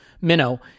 minnow